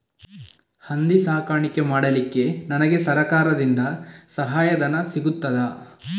ಹಂದಿ ಸಾಕಾಣಿಕೆ ಮಾಡಲಿಕ್ಕೆ ನನಗೆ ಸರಕಾರದಿಂದ ಸಹಾಯಧನ ಸಿಗುತ್ತದಾ?